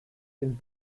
den